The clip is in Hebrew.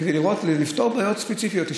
כדי לפתור בעיות ספציפיות.